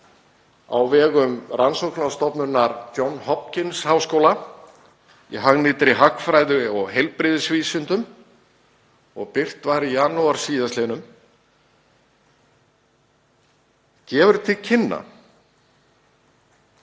á vegum rannsóknastofnunar John Hopkins-háskóla í hagnýtri hagfræði og heilbrigðisvísindum og birt var í janúar sl., gefur til kynna